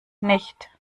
nicht